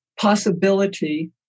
possibility